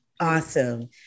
awesome